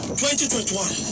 2021